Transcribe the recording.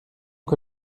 que